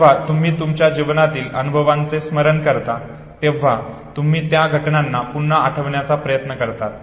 जेव्हा तुम्ही तुमच्या जीवनातील अनुभवाचे स्मरण करता तेव्हा तुम्ही त्या घटनांना पुन्हा आठवण्याचा प्रयत्न करतात